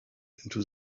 into